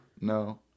No